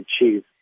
achieve